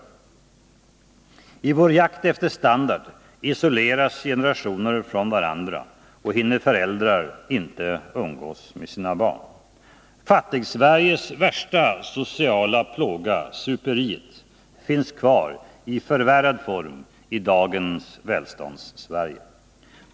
I vår jakt efter standard isoleras generationer från varandra och hinner föräldrar inte umgås med sina barn. Fattigsveriges värsta sociala plåga, superiet, finns kvar i förvärrad form i dagens Välståndssverige.